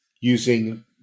using